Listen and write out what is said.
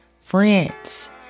friends